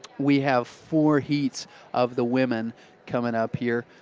we have four heats of the women coming up here.